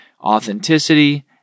Authenticity